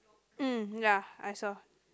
mm ya I saw